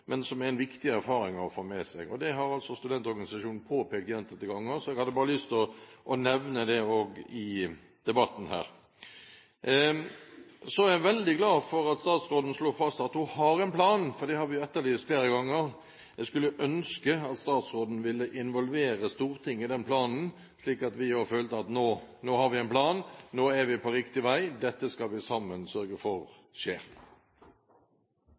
men som er en viktig erfaring å få med seg. Det har altså studentorganisasjonen påpekt gjentatte ganger, så jeg hadde bare lyst til å nevne også det i debatten her. Så er jeg veldig glad for at statsråden slår fast at hun har en plan, for det har vi etterlyst flere ganger. Jeg skulle ønske at statsråden ville involvere Stortinget i den planen, slik at vi også følte at nå har vi en plan, nå er vi på riktig vei, dette skal vi sammen sørge for